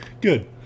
Good